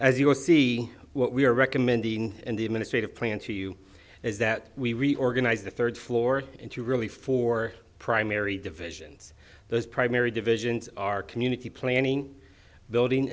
as you will see what we are recommending and the administrative plan to you is that we reorganized the third floor into really four primary divisions those primary divisions are community planning building